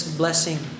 blessing